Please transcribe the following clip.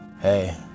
Hey